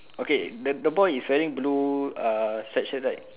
okay the the boy is wearing blue ah sweatshirt right